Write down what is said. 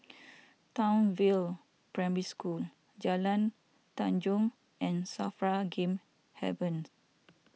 Townsville Primary School Jalan Tanjong and Safra Game Haven